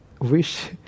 wish